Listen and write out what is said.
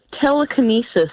telekinesis